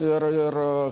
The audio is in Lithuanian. ir ir